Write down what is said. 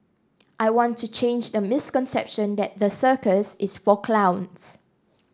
I want to change the misconception that the circus is for clowns